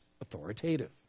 authoritative